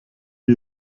wie